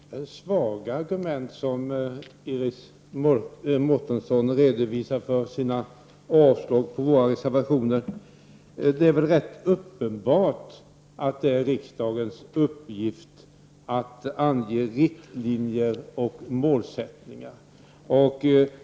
Fru talman! Det är svaga argument som Iris Mårtensson redovisar då hon vill avstyrka våra reservationer. Det är rätt uppenbart att det är riksdagens uppgift att ange riktlinjer och målsättningar.